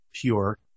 pure